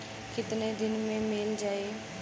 कितना दिन में मील जाई?